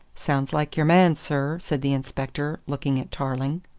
sounds like your man, sir, said the inspector, looking at tarling.